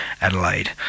Adelaide